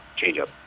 changeup